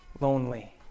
lonely